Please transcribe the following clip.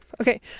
Okay